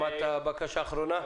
שמעת את הבקשה האחרונה?